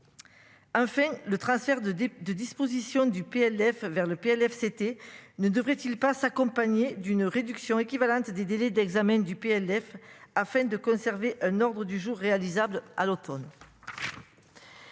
Un fait le transfert de de dispositions du PLF vers le PLF c'était ne devrait-il pas s'accompagner d'une réduction équivalente des délais d'examen du PLF afin de conserver un ordre du jour réalisable à l'Automne.